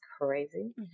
crazy